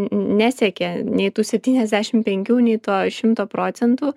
nesiekė nei tų septyniadešimt penkių nei to šimto procentų